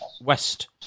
west